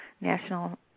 national